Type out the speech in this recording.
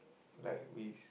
like we